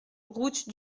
route